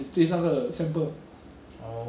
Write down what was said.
interesting character 很好玩很好玩